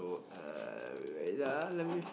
oh uh wait ah let me